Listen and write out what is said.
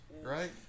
right